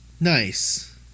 nice